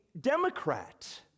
democrat